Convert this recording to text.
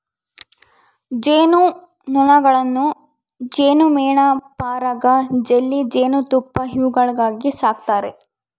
ಜೇನು ನೊಣಗಳನ್ನು ಜೇನುಮೇಣ ಪರಾಗ ಜೆಲ್ಲಿ ಜೇನುತುಪ್ಪ ಇವುಗಳಿಗಾಗಿ ಸಾಕ್ತಾರೆ